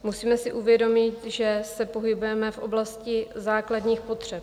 Musíme si uvědomit, že se pohybujeme v oblasti základních potřeb.